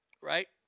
right